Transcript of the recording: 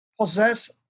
possess